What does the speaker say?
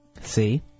See